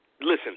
Listen